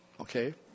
okay